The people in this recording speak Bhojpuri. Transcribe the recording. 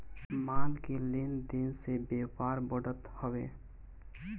माल के लेन देन से व्यापार बढ़त हवे